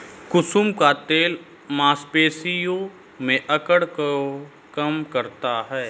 कुसुम का तेल मांसपेशियों में अकड़न को कम करता है